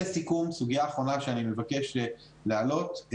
לסיכום, סוגיה אחרונה שאני מבקש להעלות.